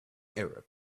arab